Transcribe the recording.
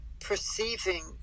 perceiving